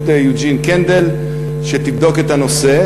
בראשות יוג'ין קנדל שתבדוק את הנושא,